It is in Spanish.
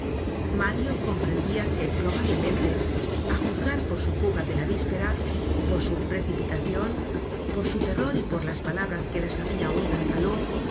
mario comprendia que probablemente á juzgar por su fuga de la víspera por su precipitacion por su terror y por las palabras que las habia oido en caló